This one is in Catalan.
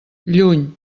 lluny